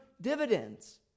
dividends